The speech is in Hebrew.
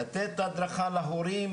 לתת הדרכה להורים